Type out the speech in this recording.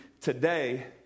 Today